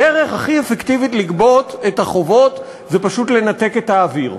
הדרך הכי אפקטיבית לגבות את החובות זה פשוט לנתק את האוויר.